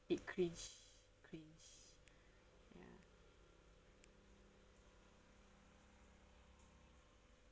it cringe cringe ya